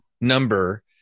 number